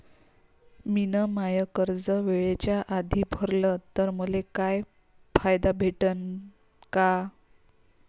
मिन माय कर्ज वेळेच्या आधी भरल तर मले काही फायदा भेटन का?